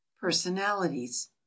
personalities